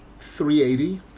380